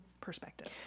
perspective